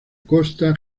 costa